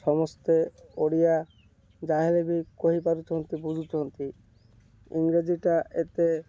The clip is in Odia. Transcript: ସମସ୍ତେ ଓଡ଼ିଆ ଯାହା ହେଲେ ବି କହି ପାରୁଛନ୍ତି ବୁଝୁଛନ୍ତି ଇଂରାଜୀଟା ଏତେ